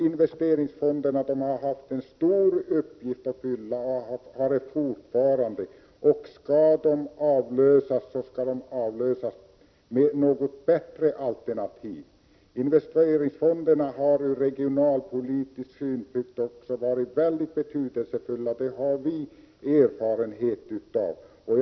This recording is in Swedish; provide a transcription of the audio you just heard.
Investeringsfonderna har haft en stor uppgift att fylla, och har det fortfarande. Skall de avlösas, skall de avlösas av något bättre alternativ. Investeringsfonderna har varit mycket betydelsefulla också från regionalpolitisk synpunkt — det har vi erfarenhet av.